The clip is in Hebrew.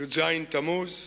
י"ז תמוז,